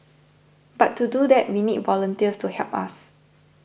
but to do that we need volunteers to help us